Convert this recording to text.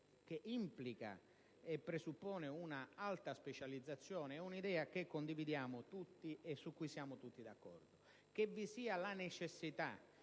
che implica e presuppone una alta specializzazione è idea che condividiamo tutti e su cui siamo tutti d'accordo. Che vi sia la necessità